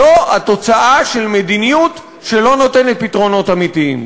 זו התוצאה של מדיניות שלא נותנת פתרונות אמיתיים.